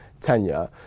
tenure